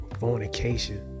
fornication